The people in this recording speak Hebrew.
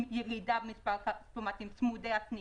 ירידה במספר הכספומטים צמודי הסניף,